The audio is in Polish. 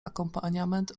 akompaniament